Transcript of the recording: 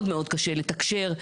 מאוד קשה לתקשר,